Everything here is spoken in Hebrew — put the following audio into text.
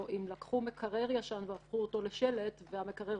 או הפכו מקרר ישן לשלט והוא מסריח.